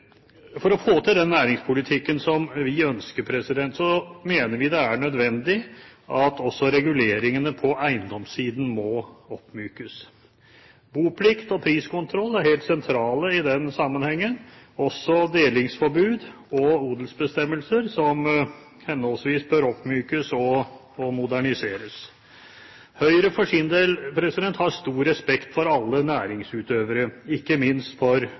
For å få til den næringspolitikken som vi ønsker, mener vi det er nødvendig at også reguleringene på eiendomssiden må oppmykes. Boplikt og priskontroll er helt sentrale i den sammenhengen, også delingsforbud og odelsbestemmelser, som henholdsvis bør oppmykes og moderniseres. Høyre har for sin del stor respekt for alle næringsutøvere, ikke minst for